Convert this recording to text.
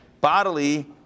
bodily